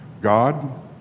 God